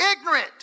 ignorant